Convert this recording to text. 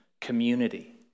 community